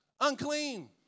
unclean